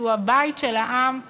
שהוא הבית של העם,